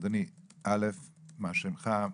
א', מה שמך?